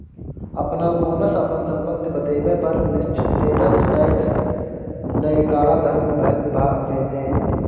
अपना मोनसँ अपन संपत्ति बतेबा पर निश्चित रेटसँ टैक्स लए काला धन बैद्य भ जेतै